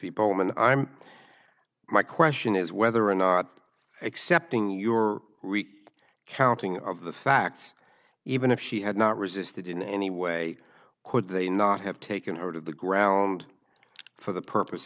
people and i'm my question is whether or not accepting your accounting of the facts even if she had not resisted in any way could they not have taken her to the ground for the purpose